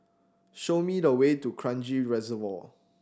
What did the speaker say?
show me the way to Kranji Reservoir